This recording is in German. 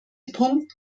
punkt